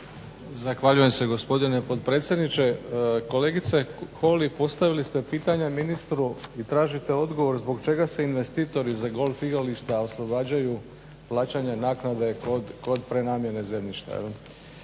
Zahvaljujem se gospodine potpredsjedniče. Kolegice Holy postavili ste pitanja ministru i tražite odgovor zbog čega se investitor za golf igrališta oslobađaju plaćanja naknade kod prenamjene zemljište.